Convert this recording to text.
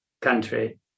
country